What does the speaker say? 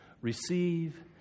receive